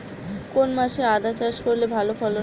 কোন মাসে আদা চাষ করলে ভালো ফলন হয়?